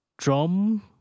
Drum